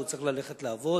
והוא צריך ללכת לעבוד.